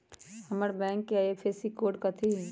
हमर बैंक के IFSC code कथि हई?